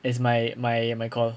as my my my call